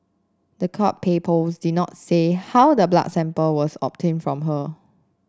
the court did not say how the blood sample was obtained from her